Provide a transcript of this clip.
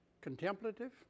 contemplative